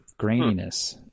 graininess